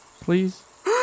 Please